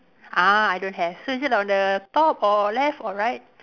ah I don't have so is it on the top or left or right